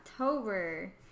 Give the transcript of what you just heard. October